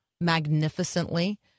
magnificently